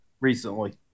recently